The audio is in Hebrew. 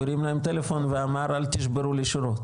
הרים להם טלפון ואמר: אל תשברו ---.